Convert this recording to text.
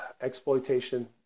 exploitation